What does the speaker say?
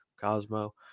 Cosmo